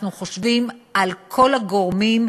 אנחנו חושבים על כל הגורמים,